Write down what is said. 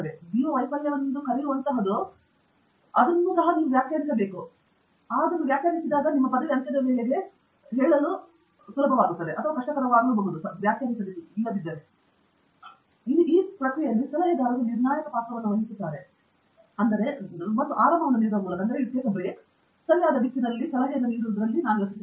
ನೀವು ವೈಫಲ್ಯವೆಂದು ಕರೆಯುವಂತಹದು ನೀವು ಮೊದಲು ವೈಫಲ್ಯವನ್ನು ವ್ಯಾಖ್ಯಾನಿಸಬೇಕು ಆದರೆ ಜನರು ವೈಫಲ್ಯ ಎಂದು ಕರೆಯುತ್ತಾರೆ ಮತ್ತು ಅದು ನಿಮ್ಮ ಪದವಿ ಅಂತ್ಯದ ವೇಳೆ ಅಥವಾ ನಿರೀಕ್ಷಿತ ಅವಧಿ ನಂತರ ಹೌದು ಹೇಳಲು ಹೆಚ್ಚು ಕಷ್ಟ ಮತ್ತು ಸಲಹೆಗಾರರು ಮೆತ್ತೆಯೊಂದರಲ್ಲಿ ಬಹಳ ನಿರ್ಣಾಯಕ ಪಾತ್ರವನ್ನು ವಹಿಸುತ್ತಿದ್ದಾರೆ ಮತ್ತು ಆರಾಮವನ್ನು ನೀಡುವ ಮೂಲಕ ಮತ್ತು ಸರಿಯಾದ ದಿಕ್ಕಿನಲ್ಲಿ ಸಲಹೆಯನ್ನು ನೀಡುವುದರಲ್ಲಿ ನಾನು ಯೋಚಿಸುತ್ತೇನೆ